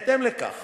בהתאם לכך